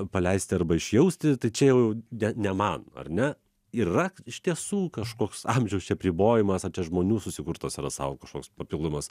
paleisti arba išjausti tai čia jau ne ne man ar ne yra iš tiesų kažkoks amžiaus čia apribojimas ar čia žmonių susikurtas yra sau kažkoks papildomas